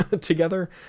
together